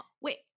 Wait